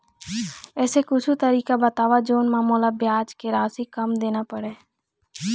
ऐसे कुछू तरीका बताव जोन म मोला ब्याज के राशि कम देना पड़े?